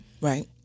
Right